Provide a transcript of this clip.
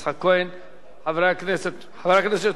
חבר הכנסת שלמה מולה,